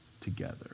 together